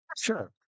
Sure